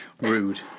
Rude